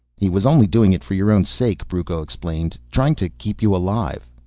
he was only doing it for your own sake, brucco explained, trying to keep you alive.